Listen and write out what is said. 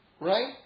Right